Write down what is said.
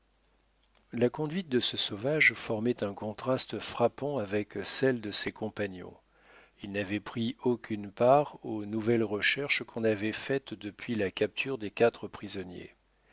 la conduite de ce sauvage formait un contraste frappant avec celle de ses compagnons il n'avait pris aucune part aux nouvelles recherches qu'on avait faites depuis la capture des quatre prisonniers